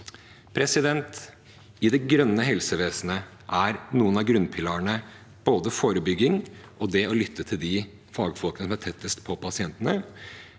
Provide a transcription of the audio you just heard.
ideologien. I det grønne helsevesenet er noen av grunnpilarene både forebygging og det å lytte til de fagfolkene som er tettest på pasientene.